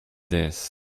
this